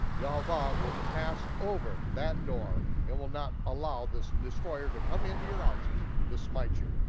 yehovah will pass over that door and will not allow this destroyer to come into your houses to smite you.